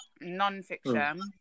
non-fiction